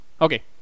okay